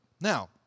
Now